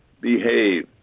behave